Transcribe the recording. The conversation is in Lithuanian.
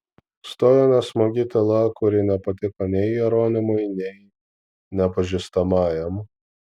stojo nesmagi tyla kuri nepatiko nei jeronimui nei nepažįstamajam